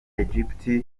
egypt